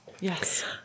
yes